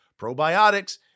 probiotics